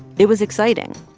it was exciting.